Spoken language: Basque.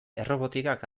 errobotikak